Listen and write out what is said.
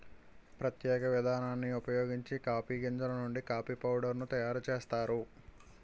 ప్రత్యేక విధానాన్ని ఉపయోగించి కాఫీ గింజలు నుండి కాఫీ పౌడర్ ను తయారు చేస్తారు